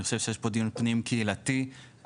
אני חושב שיש פה דיון פנים קהילתי על